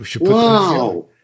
Wow